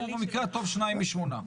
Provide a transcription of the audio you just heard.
אז הוא במקרה הטוב שניים משמונה.